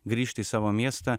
grįžta į savo miestą